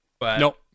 Nope